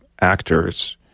actors